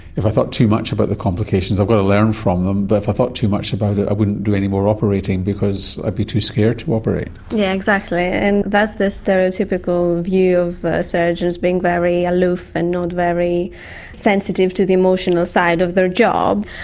if i thought too much about the complications, i've got to learn from them, but if i thought too much about it i wouldn't do any more operating because i'd be too scared to operate. yeah yes, exactly, and that's the stereotypical view of surgeons being very aloof and not very sensitive to the emotional side of their job.